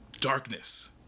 darkness